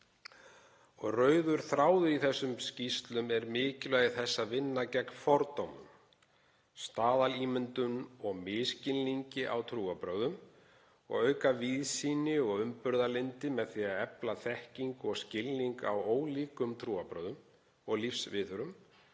Rauður þráður í þessum skýrslum er mikilvægi þess að vinna gegn fordómum, staðalímyndum og misskilningi á trúarbrögðum, og auka víðsýni og umburðarlyndi með því að efla þekkingu og skilning á ólíkum trúarbrögðum og lífsviðhorfum,